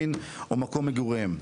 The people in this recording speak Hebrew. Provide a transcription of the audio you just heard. מין או מקום מגוריהם.